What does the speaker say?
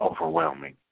overwhelming